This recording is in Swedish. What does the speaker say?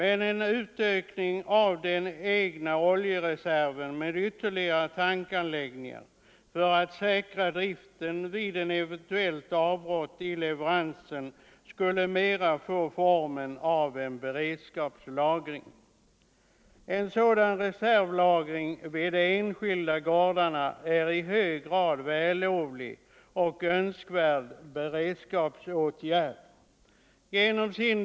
En utökning av den egna oljereserven med ytterligare tankanläggningar för att säkra driften vid ett eventuellt avbrott i leveransen skulle mera få formen av en beredskapslagring. En sådan reservlagring vid de enskilda gårdarna är en i hög grad vällovlig och önksvärd beredskapsåtgärd.